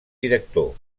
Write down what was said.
director